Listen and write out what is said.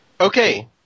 Okay